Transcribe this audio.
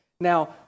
Now